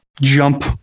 jump